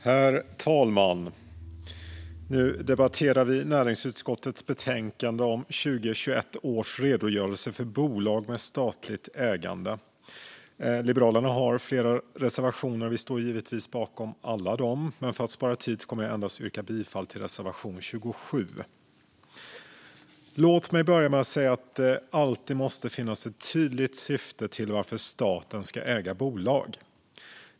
Herr talman! Nu debatterar vi näringsutskottets betänkande om 2021 års redogörelse för bolag med statligt ägande. Liberalerna har flera reservationer, och vi står givetvis bakom alla dessa. Men för att spara tid kommer jag att yrka bifall endast till reservation 27. Låt mig börja med att säga att det alltid måste finnas ett tydligt syfte med att staten ska äga bolag.